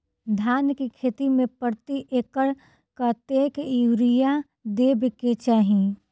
धान केँ खेती मे प्रति एकड़ कतेक यूरिया देब केँ चाहि?